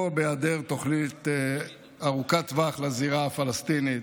פה, בהיעדר תוכנית ארוכת טווח לזירה הפלסטינית,